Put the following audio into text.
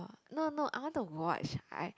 no no I want to watch I